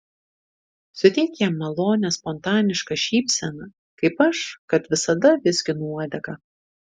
suteik jam malonią spontanišką šypseną kaip aš kad visada vizginu uodegą